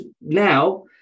now